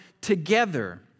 together